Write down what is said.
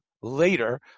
later